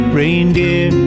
reindeer